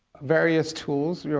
various tools. yeah